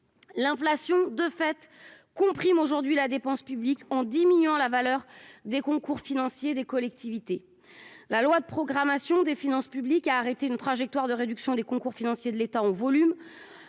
l'inflation comprime actuellement la dépense publique en diminuant la valeur des concours financiers de l'État aux collectivités. La loi de programmation des finances publiques a arrêté une trajectoire de réduction des concours financiers de l'État en volume.